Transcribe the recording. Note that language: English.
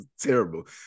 terrible